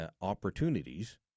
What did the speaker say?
opportunities